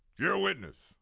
your witness.